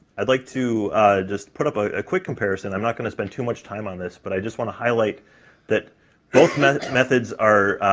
i'd like to just put up a quick comparison, i'm not going to spend too much time on this, but i just want to highlight that both methods methods are